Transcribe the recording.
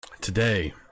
today